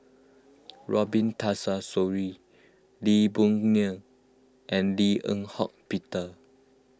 Robin Tessensohn Lee Boon Ngan and Lim Eng Hock Peter